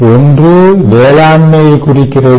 ஒன்று வேளாண்மையை குறிக்கிறது